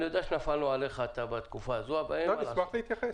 אני יודע שנפלנו עליך בתקופה הזאת -- אני אשמח להתייחס.